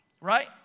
Right